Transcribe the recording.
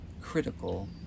critical